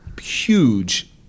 huge